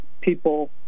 People